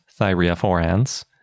Thyreophorans